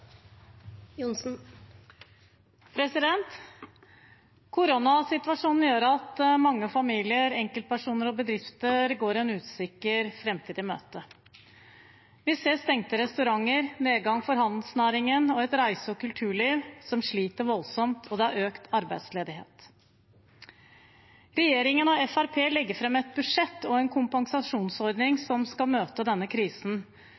Koronasituasjonen gjør at mange familier, enkeltpersoner og bedrifter går en usikker framtid i møte. Vi ser stengte restauranter, nedgang for handelsnæringen, et reise- og kulturliv som sliter voldsomt, og det er økt arbeidsledighet. Regjeringen og Fremskrittspartiet legger fram et budsjett og en kompensasjonsordning som skal møte denne krisen.